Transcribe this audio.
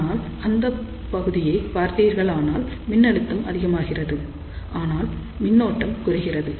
ஆனால் இந்தப் பகுதியை பார்த்தீர்களானால் மின்னழுத்தம் அதிகமாகிறது ஆனால் மின்னோட்டம் குறைகிறது